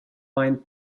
vain